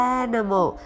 animal，